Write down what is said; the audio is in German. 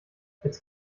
jetzt